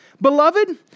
Beloved